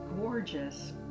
gorgeous